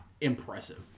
impressive